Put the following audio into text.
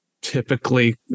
typically